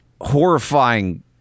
horrifying